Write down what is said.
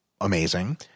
amazing